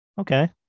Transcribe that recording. okay